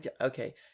okay